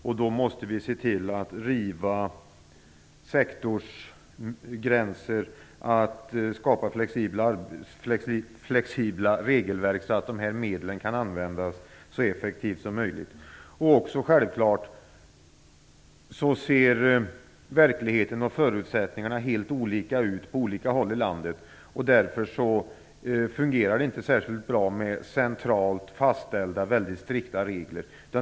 Därför måste vi se till att riva sektorsgränser och skapa flexibla regelverk, så att dessa medel kan användas så effektivt som möjligt. Det är också självklart att verkligheten och förutsättningarna ser helt olika ut på olika håll i landet. Därför fungerar inte centralt fastställda, väldigt strikta regler.